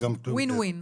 זה מצב של win win.